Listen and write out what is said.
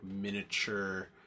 miniature